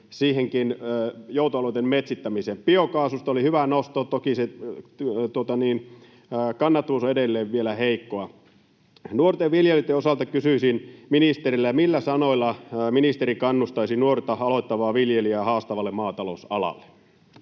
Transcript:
siihenkin, joutoalueiden metsittämiseen. Biokaasusta oli hyvä nosto. Toki se kannatus on edelleen, vielä heikkoa. Nuorten viljelijöiden osalta kysyisin ministeriltä: millä sanoilla ministeri kannustaisi nuorta, aloittavaa viljelijää haastavalle maatalousalalle?